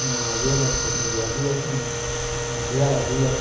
शैहर दे बेच्च अकैडमिएं दा जाल होने दी वजह कन्नै